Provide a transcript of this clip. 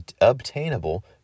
obtainable